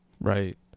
Right